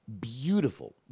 beautiful